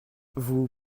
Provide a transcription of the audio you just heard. vous